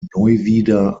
neuwieder